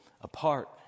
apart